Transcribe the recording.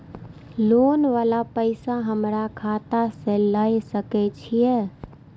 Loan वाला पैसा हमरा खाता से लाय सके छीये?